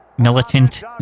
militant